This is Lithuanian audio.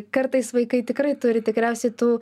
kartais vaikai tikrai turi tikriausiai tų